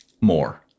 More